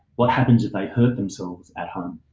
what happens if they hurt themselves at home?